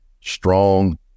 strong